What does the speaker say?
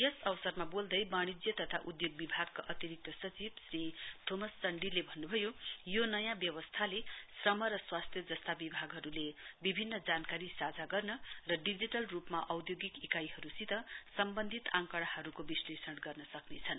य अवरमा बोल्दै वाणिज्य तथा उद्योग विभागका अतिरिक्त सचिव श्री थोमस चण्डीलेले भन्नुभयो यो नयाँ व्यवस्थाले श्रम र स्वास्थ्य जस्ता विभिन्न विभागहरूले विभिन्न जानकारी साझा गर्न र डिजिटल रूपमा औद्योगिक इकाइहरूसित सम्बन्धित आंकडाहरूको विश्वलेशन गर्न सक्नेछन्